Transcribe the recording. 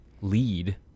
lead